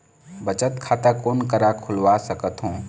बचत खाता कोन करा खुलवा सकथौं?